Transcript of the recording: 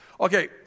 Okay